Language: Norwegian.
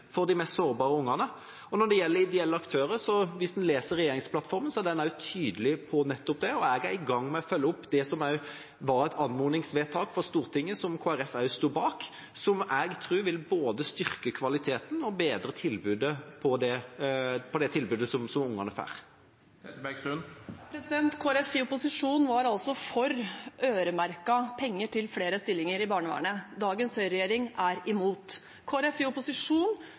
for de mest sårbare ungene. Når det gjelder ideelle aktører, er regjeringsplattformen, hvis en leser den, også tydelig på nettopp det, Jeg er i gang med å følge opp det som var et anmodningsvedtak fra Stortinget – som Kristelig Folkeparti også sto bak – som jeg tror vil både styrke kvaliteten og bedre det tilbudet som ungene får. Kristelig Folkeparti i opposisjon var altså for øremerkede penger til flere stillinger i barnevernet. Dagens høyreregjering er imot. Kristelig Folkeparti i opposisjon